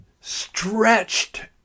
stretched